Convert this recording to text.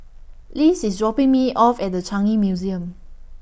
Lise IS dropping Me off At The Changi Museum